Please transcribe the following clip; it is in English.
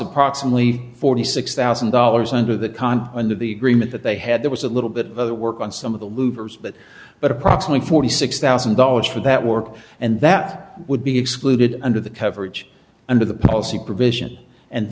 approximately forty six thousand dollars under the con under the agreement that they had there was a little bit of other work on some of the louvers but but approximately forty six thousand dollars for that work and that would be excluded under the coverage under the policy provision and